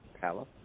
palace